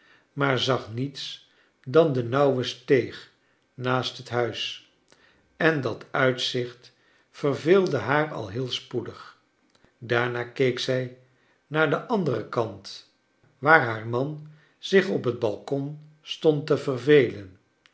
maar zag niets dan de nauwe steeg naast het huis en dat uitzicht verveelde haar al heel spoedig daarna keek zij naar den anderen kant waar haar man zich op het balcon stond te vervelen